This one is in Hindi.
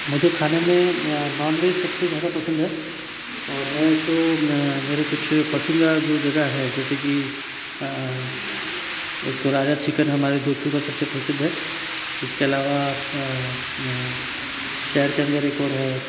मुझे खाने में नॉनवेज सबसे ज़्यादा पसंद है और मैं इसको मैं मेरे कुछ पसंदीदा जो जगह है जैसे की एक तो राजा चिकन हमारे जोधपुर का सबसे प्रसिद्ध है इसके अलावा शहर के अंदर एक और है